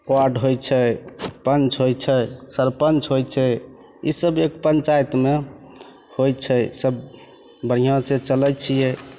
ward होइ छै पञ्च होइ छै सरपञ्च होइ छै ई सब एक पंचायतमे होइ छै ई सब बढ़ियाँसँ चलय छियै